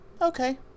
Okay